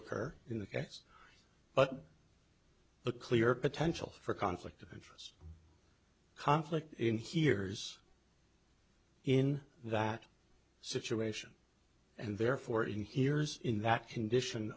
occur in the case but the clear potential for conflict of conflict in hears in that situation and therefore in hears in that condition